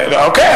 אוקיי,